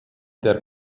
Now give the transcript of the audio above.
der